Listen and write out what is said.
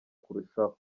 kurushaho